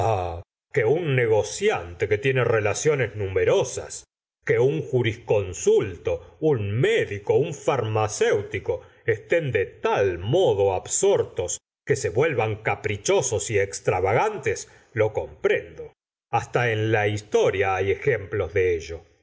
que un negociante que tiene relaciones numerosas que un jurisconsulto un médieo un farmacéutico estén de tal modo absortos que se vuelvan caprichosos y extravagantes lo comprendo hasta en la historia hay ejemplos de ello